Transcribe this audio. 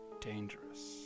dangerous